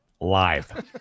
live